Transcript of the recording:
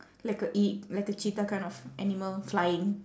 like a ea~ like a cheetah kind of animal flying